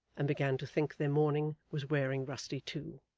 and began to think their mourning was wearing rusty too.